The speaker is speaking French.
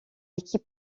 équipe